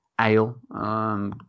ale